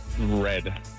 red